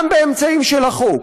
גם באמצעים של החוק,